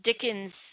Dickens